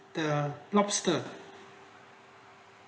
the roaster